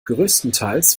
größtenteils